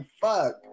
fuck